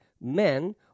men